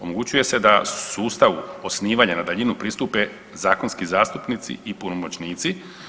Omogućuje se da sustavu osnivanja na daljinu pristupe zakonski zastupnici i punomoćnici.